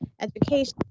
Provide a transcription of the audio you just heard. education